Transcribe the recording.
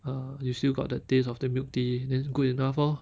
uh you still got the taste of the milk tea then good enough orh